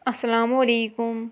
اَسَلامُ علیکُم